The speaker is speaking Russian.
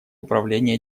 управление